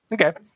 Okay